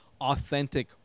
authentic